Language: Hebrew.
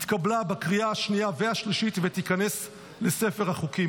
התקבלה בקריאה השנייה והשלישית ותיכנס לספר החוקים.